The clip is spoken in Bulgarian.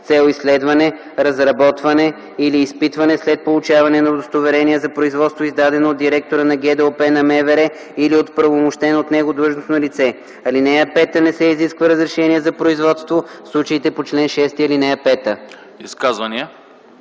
цел изследване, разработване или изпитване след получаване на удостоверение за производство, издадено от директора на ГДОП на МВР или от оправомощено от него длъжностно лице. (5) Не се изисква разрешение за производство в случаите на чл. 6, ал. 5.”